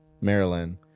Maryland